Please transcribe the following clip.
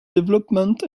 development